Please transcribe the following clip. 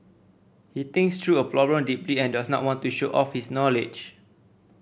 he thinks through a problem deeply and does not want to show off his knowledge